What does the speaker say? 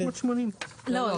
לא.